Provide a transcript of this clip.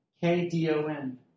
K-D-O-N